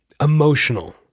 emotional